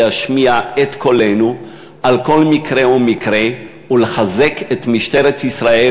להשמיע את קולנו על כל מקרה ומקרה ולחזק את משטרת ישראל